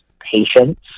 patience